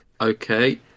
Okay